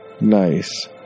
Nice